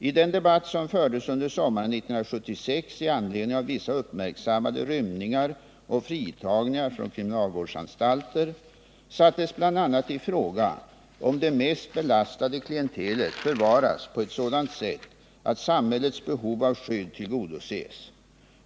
I den debatt som fördes under sommaren 1976 i anledning av vissa uppmärksammade rymningar och fritagningar från kriminalvårdsanstalter sattes bl.a. i fråga om det mest belastade klientelet förvaras på ett sådant sätt att samhällets behov av skydd tillgodoses.